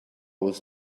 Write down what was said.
was